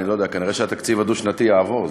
כנראה התקציב הדו-שנתי יעבור,